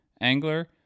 angler